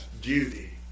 duty